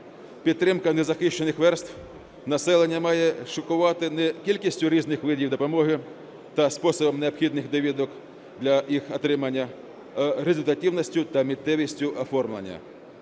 Підтримка незахищених верств населення має шокувати не кількістю різних видів допомоги та способів необхідних довідок для їх отримання, а результативністю та миттєвістю оформлення.